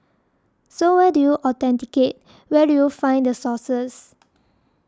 so where do you authenticate where do you find the sources